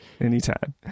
Anytime